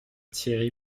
thierry